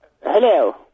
Hello